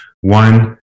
One